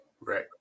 Right